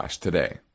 today